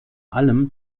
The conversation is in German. allem